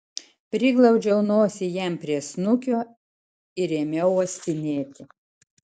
priglaudžiau nosį jam prie snukio ir ėmiau uostinėti